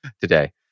today